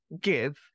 give